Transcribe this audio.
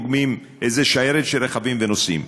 אוגמים איזה שיירת רכבים ונוסעים.